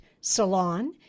Salon